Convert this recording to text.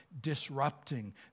disrupting